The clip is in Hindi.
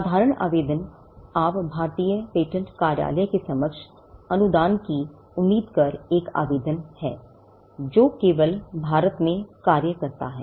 साधारण आवेदन आप भारतीय पेटेंट कार्यालय से समक्ष अनुदान की उम्मीद कर एक आवेदन कर सकते है जो केवल भारत में कार्य करता है